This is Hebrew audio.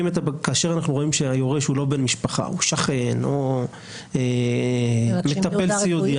כאשר אנחנו רואים שהיורש הוא לא בן משפחה אלא שכן או מטפל סיעודי,